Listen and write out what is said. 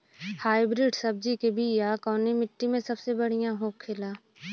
Hybrid सब्जी के बिया कवने मिट्टी में सबसे बढ़ियां होखे ला?